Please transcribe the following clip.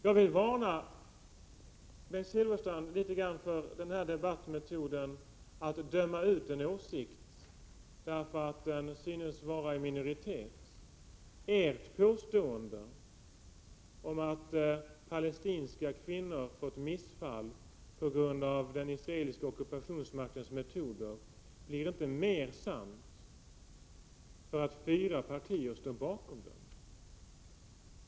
Jag vill varna Bengt Silfverstrand för debattmetoden att döma ut en åsikt därför att den synes delas av bara en minoritet. Ert påstående om att palestinska kvinnor fått missfall på grund av den israeliska ockupationsmaktens metoder blir inte mer sant för att fyra partier står bakom det.